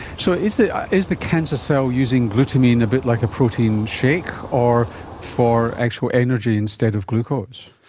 so is the is the cancer cell using glutamine a bit like a protein shake, or for actual energy instead of glucose?